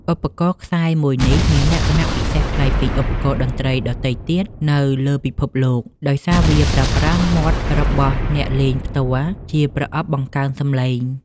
ឧបករណ៍ខ្សែមួយនេះមានលក្ខណៈពិសេសប្លែកពីឧបករណ៍តន្ត្រីដទៃទៀតនៅលើពិភពលោក ដោយសារវាប្រើប្រាស់មាត់របស់អ្នកលេងផ្ទាល់ជាប្រអប់បង្កើនសម្លេង។